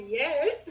yes